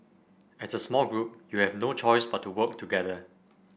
as a small group you have no choice but to work together